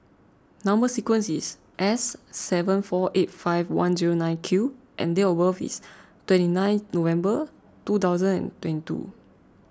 Number Sequence is S seven four eight five one zero nine Q and date of birth is twenty nine November two thousand and twenty two